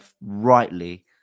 rightly